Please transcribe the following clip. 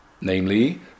namely